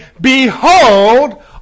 Behold